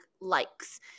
likes